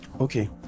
Okay